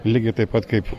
lygiai taip pat kaip